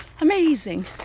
Amazing